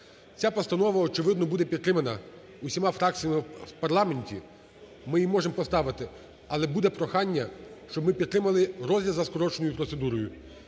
Ця постанова, очевидно, буде підтримана усіма фракціями в парламенті, ми її можемо поставити, але буде прохання, щоб ми підтримали розгляд за скороченою процедурою.